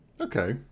Okay